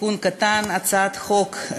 תיקון קטן: הצעת החוק,